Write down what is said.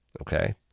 okay